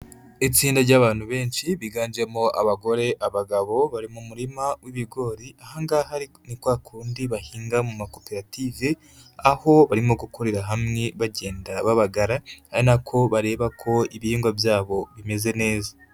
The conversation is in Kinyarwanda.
Itsinda ry'abantu benshi biganjemo abagore, abagabo, bari mu murima w'ibigori, aha ngaha ni kwa kundi bahinga mu makoperative, aho barimo gukorera hamwe bagenda babagara ari nako bareba ko ibihingwa byabo bimeze neza.